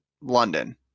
London